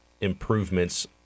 improvements